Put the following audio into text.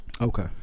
Okay